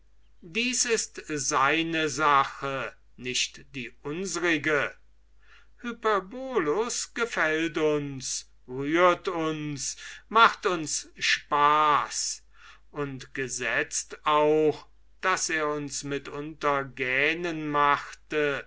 dies ist seine sache nicht die unsrige hyperbolus gefällt uns rührt uns macht uns spaß und gesetzt auch daß er uns mitunter gähnen macht